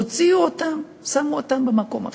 הוציאו אותם ושמו אותם במקום אחר.